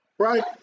Right